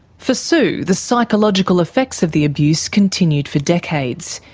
for sue, the psychological effects of the abuse continued for decades.